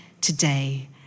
today